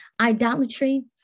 idolatry